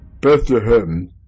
Bethlehem